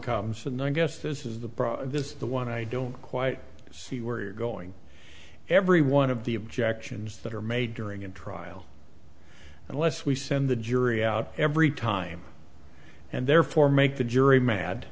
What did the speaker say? comes from the i guess this is the broad this is the one i don't quite see where you're going every one of the objections that are made during a trial unless we send the jury out every time and therefore make the jury mad